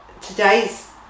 today's